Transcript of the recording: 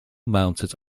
mounted